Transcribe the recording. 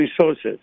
resources